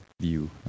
view